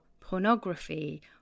pornography